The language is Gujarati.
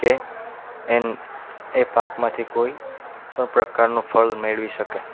કે એને એ પાકમાંથી કોઈ પણ પ્રકારનું ફળ મેળવી શકે